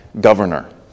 governor